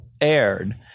aired